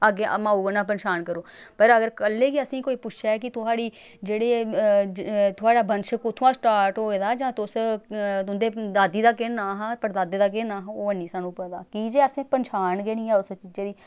अग्गें माऊ कन्नै पन्छान करो पर अगर कल्लै गी असेंगी कोई पुच्छै कि थुआढ़ी जेह्ड़े थुआढ़ा वंश कु'त्थुआं स्टार्ट होए दा जां तुस तुंदे दादी दा केह् नांऽ हा परदादे दा केह् नांऽ हा ओह् हैनी सानूं पता की जे असें पन्छान गै निं ऐ उस चीजै दी